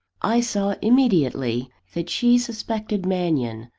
i saw immediately, that she suspected mannion,